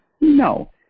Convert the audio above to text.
No